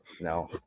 no